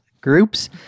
groups